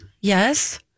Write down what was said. Yes